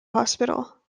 hospital